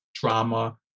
Drama